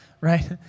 right